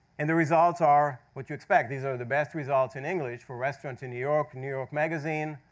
and the results are what you expect. these are the best results in english for, restaurants in new york, new york magazine,